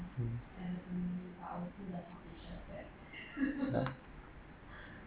mm loh